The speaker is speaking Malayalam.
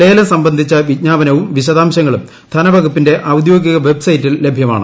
ലേലം സംബന്ധിച്ച വിജ്ഞാപനവും വിശദാംശങ്ങളും ധനവകുപ്പിന്റെ ഔദ്യോഗിക വെബ്സൈറ്റിൽ ലഭ്യമാണ്